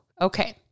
Okay